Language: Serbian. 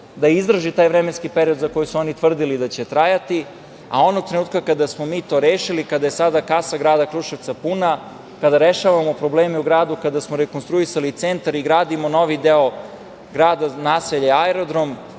da izdrži taj vremenski period za koji su oni tvrdili da će trajati. Onog trenutka kada smo mi to rešili, kada je sada kasa grada Kruševca puna, kada rešavamo probleme u gradu, kada smo rekonstruisali centar i gradimo novi deo grada, naselje Aerodrom,